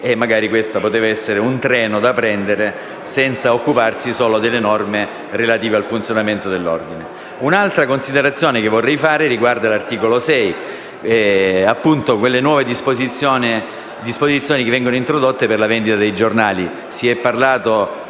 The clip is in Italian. Magari questo poteva essere un treno da prendere senza occuparsi solo delle norme relative al funzionamento dell'Ordine. Un'altra considerazione che vorrei fare riguarda l'articolo 6, con riferimento alle nuove disposizioni che vengono introdotte per la vendita dei giornali. Si è parlato